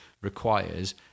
requires